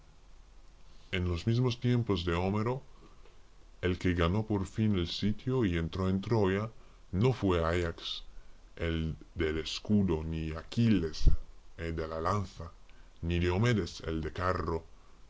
en los mismos tiempos de homero el que ganó por fin el sitio y entró en troya no fue ajax el del escudo ni aquiles el de la lanza ni diomedes el del carro